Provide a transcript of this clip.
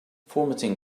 formatting